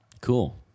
Cool